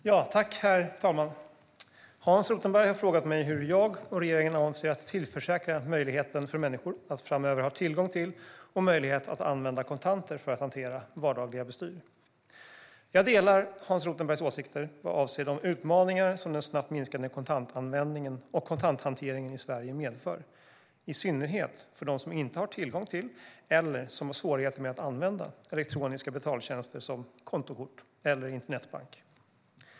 Herr talman! Hans Rothenberg har frågat mig hur jag och regeringen avser att tillförsäkra människor möjligheten att framöver ha tillgång till och möjlighet att använda kontanter för att hantera vardagliga bestyr. Jag delar Hans Rothenbergs åsikter vad avser de utmaningar som den snabbt minskande kontantanvändningen och kontanthanteringen i Sverige medför, i synnerhet för dem som inte har tillgång till, eller som har svårigheter med att använda, elektroniska betaltjänster som kontokort eller internetbank.